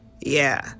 Yeah